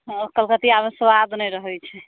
हँ कलकतियामे सोआद नहि रहैत छै